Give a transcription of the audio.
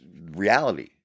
reality